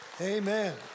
Amen